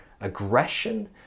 aggression